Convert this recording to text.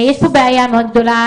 יש פה בעיה מאוד גדולה,